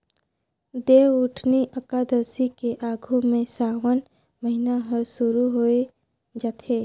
देवउठनी अकादसी के आघू में सावन महिना हर सुरु होवे जाथे